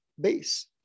base